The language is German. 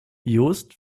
just